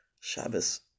Shabbos